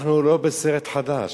אנחנו לא בסרט חדש.